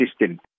system